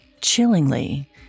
Chillingly